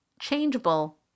changeable